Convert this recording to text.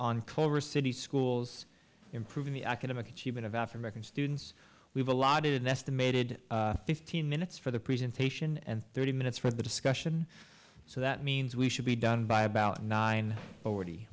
on culver city schools improving the academic achievement of african students we've allotted an estimated fifteen minutes for the presentation and thirty minutes for the discussion so that means we should be done by about nine forty